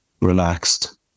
relaxed